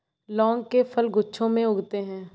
लौंग के फल गुच्छों में उगते हैं